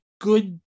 good